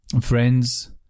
Friends